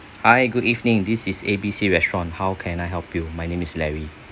hi good evening this is A B C restaurant how can I help you my name is larry